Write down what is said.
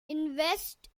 invest